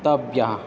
तव्यानि